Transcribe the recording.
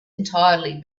entirely